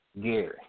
Gary